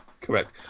Correct